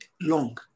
long